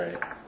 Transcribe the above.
Right